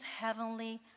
heavenly